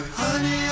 honey